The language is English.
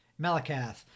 Malakath